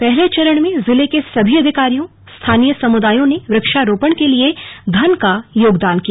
पहले चरण में जिले के सभी अधिकारियों और स्थानीय समुदायों ने वृक्षारोपण के लिए धन का योगदान दिया